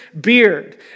beard